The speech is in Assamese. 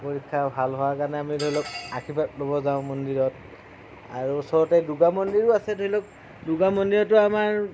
পৰীক্ষা ভাল হোৱাৰ কাৰণে আমি ধৰি লওঁক আশীৰ্বাদ ল'ব যাওঁ মন্দিৰত আৰু ওচৰতে দূৰ্গা মন্দিৰো আছে ধৰি লওঁক দূৰ্গা মন্দিৰতো আমাৰ